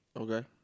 Okay